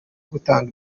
gutanga